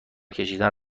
کشیدن